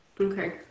Okay